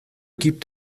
gibt